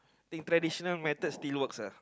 think traditional methods still work uh